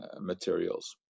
materials